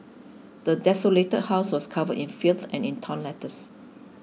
the desolated house was covered in filth and torn letters